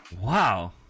wow